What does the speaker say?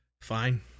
fine